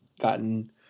gotten